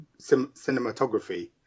cinematography